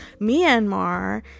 Myanmar